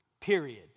period